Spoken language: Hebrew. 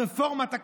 רפורמת הכשרות,